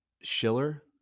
Schiller